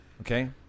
Okay